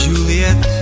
Juliet